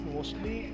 Mostly